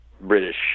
British